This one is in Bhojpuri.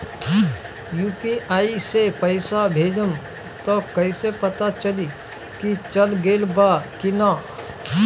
यू.पी.आई से पइसा भेजम त कइसे पता चलि की चल गेल बा की न?